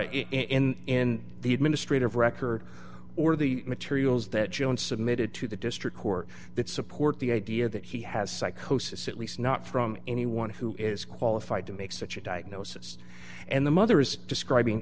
nothing in the administrative record or the materials that joan submitted to the district court that support the idea that he has psychosis at least not from anyone who is qualified to make such a diagnosis and the mother is describing